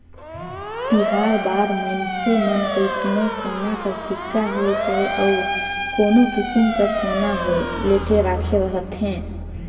तिहार बार मइनसे मन कइसनो सोना कर सिक्का होए चहे अउ कोनो किसिम कर सोना होए लेके राखे रहथें